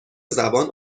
زبان